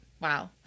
Wow